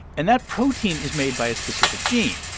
and that protein is made by a specific gene.